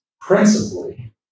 principally